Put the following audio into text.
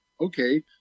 Okay